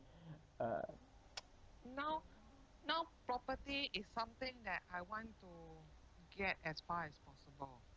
uh